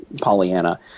Pollyanna